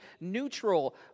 neutral